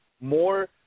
more